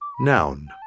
Noun